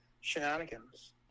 shenanigans